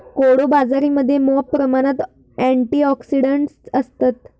कोडो बाजरीमध्ये मॉप प्रमाणात अँटिऑक्सिडंट्स असतत